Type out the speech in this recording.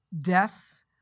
death